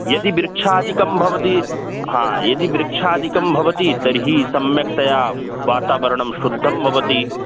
यदि वृक्षादिकं भवति हा यदि वक्षादिकं भवति तर्हि सम्यक्तया वातावरणं शुद्धं भवति